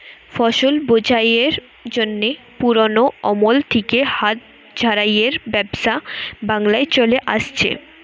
ফসল ঝাড়াইয়ের জন্যে পুরোনো আমল থিকে হাত ঝাড়াইয়ের ব্যবস্থা বাংলায় চলে আসছে